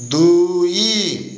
ଦୁଇ